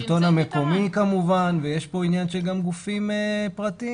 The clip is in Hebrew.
השלטון המקומי כמובן ויש פה עניין של גם גופים פרטיים.